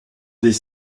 des